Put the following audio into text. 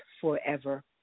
forever